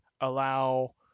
allow